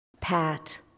Pat